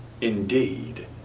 indeed